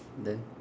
then